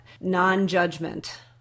non-judgment